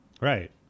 Right